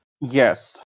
Yes